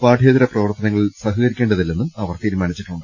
പാഠ്യേതര പ്രവർത്തനങ്ങളിൽ സഹകരിക്കേണ്ടതി ല്ലെന്നും അവർ തീരുമാനിച്ചിട്ടുണ്ട്